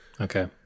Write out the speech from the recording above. Okay